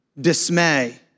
dismay